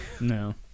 no